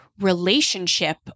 relationship